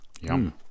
Yum